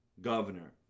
governor